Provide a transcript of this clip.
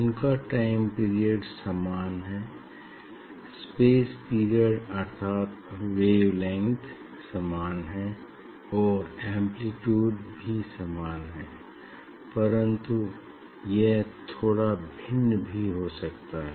उनका time period समान है स्पेस पीरियड अर्थात वेवलेंथ समान हैं और एम्प्लीट्यूड भी समान लिया है परन्तु यह थोड़ा भिन्न भी हो सकते हैं